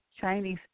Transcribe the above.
Chinese